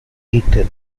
eaten